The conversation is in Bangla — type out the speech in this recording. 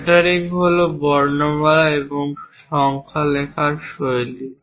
লেটারিং হল বর্ণমালা এবং সংখ্যা লেখার শৈলী